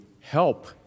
help